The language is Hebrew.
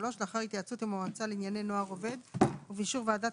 לאחר התייעצות עם המועצה לענייני נוער עובד ובאישור ועדת